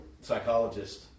psychologist